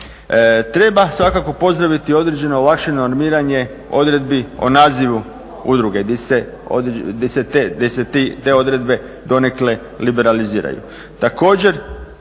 Treba svaka pozdraviti određeno olakšano normiranje odredbi o nazivu udruge gdje se te odredbe donekle liberaliziraju.